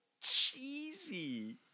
cheesy